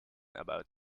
about